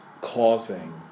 causing